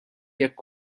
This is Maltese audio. jekk